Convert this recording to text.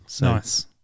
Nice